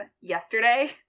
yesterday